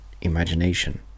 imagination